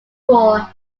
war